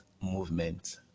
movement